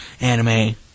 anime